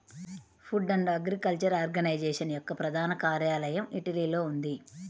food and Agriculture Organization యొక్క ప్రధాన కార్యాలయం ఇటలీలో ఉంది